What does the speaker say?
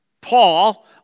Paul